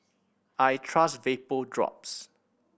I trust Vapodrops